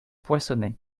poinçonnet